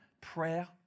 prayer